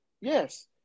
Yes